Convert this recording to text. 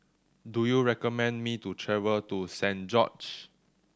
do you recommend me to travel to Saint George's